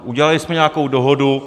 Udělali jsme nějakou dohodu.